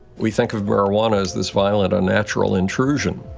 we think of marijuana as this violent, unnatural intrusion